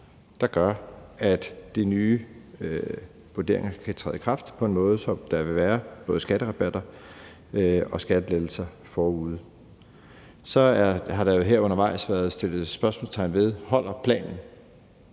der gør, at de nye vurderinger kan træde i kraft på en sådan måde, at der vil være både skatterabatter og skattelettelser forude. Så har der jo undervejs været sat spørgsmålstegn ved, om planen